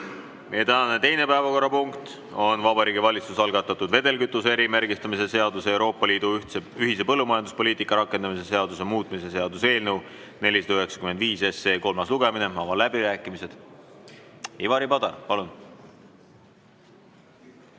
tänane teine päevakorrapunkt on Vabariigi Valitsuse algatatud vedelkütuse erimärgistamise seaduse ja Euroopa Liidu ühise põllumajanduspoliitika rakendamise seaduse muutmise seaduse eelnõu 495 kolmas lugemine. Avan läbirääkimised. Ivari Padar, palun!